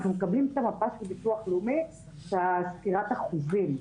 אנחנו מקבלים מהביטוח לאומי את ספירת האחוזים.